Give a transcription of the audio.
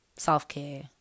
Self-care